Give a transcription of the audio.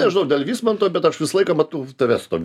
nežinau dėl vismanto bet aš visą laiką matau tave su tom